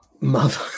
Mother